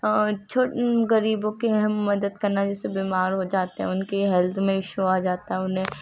غریبوں کی ہم مدد کرنا جیسے بیمار ہو جاتے ہیں ان کے ہیلتھ میں ایشو آ جاتا ہے انہیں